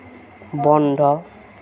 বন্ধ